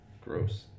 Gross